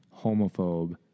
homophobe